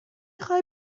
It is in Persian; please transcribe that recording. خوای